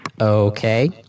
Okay